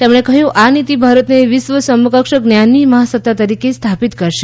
તેમણે કહ્યું આ નીતિ ભારતને વિશ્વ સમકક્ષ જ્ઞાનની મહાસત્તા તરીકે સ્થાપિત કરશે